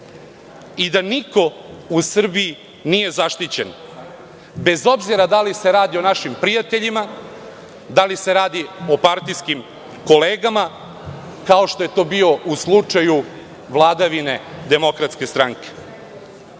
i da niko u Srbiji nije zaštićen, bez obzira da li se radi o našim prijateljima, da li se radi o partijskim kolegama, kao što je to bilo u slučaju vladavine DS.Da li je Dragan